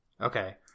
okay